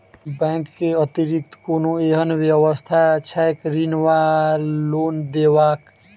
Bank केँ अतिरिक्त कोनो एहन व्यवस्था छैक ऋण वा लोनदेवाक?